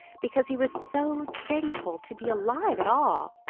because he was so thankful to be alive at all.